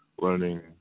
learning